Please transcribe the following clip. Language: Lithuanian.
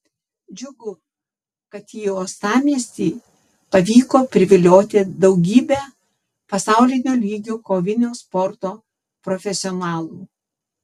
džiugu kad į uostamiestį pavyko privilioti daugybę pasaulinio lygio kovinio sporto profesionalų